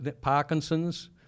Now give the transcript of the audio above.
Parkinson's